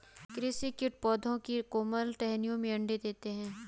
कृषि कीट पौधों की कोमल टहनियों में अंडे देते है